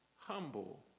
humble